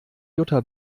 jutta